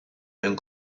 mewn